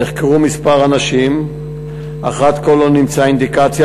נחקרו כמה אנשים אך עד כה לא נמצאה אינדיקציה